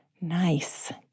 nice